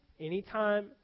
anytime